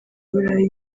burayi